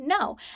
No